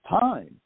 time